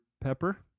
pepper